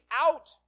out